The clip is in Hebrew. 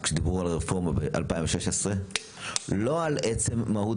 כשדיברו על רפורמה ב-2016 לא על עצם מהות